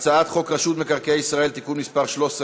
התשע"ז